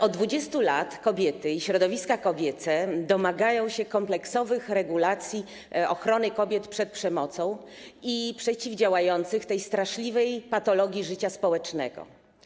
Od 20 lat kobiety i środowiska kobiece domagają się kompleksowych regulacji dotyczących ochrony kobiet przed przemocą i przeciwdziałających tej straszliwej patologii życia społecznego.